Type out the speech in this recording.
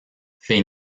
fait